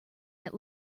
that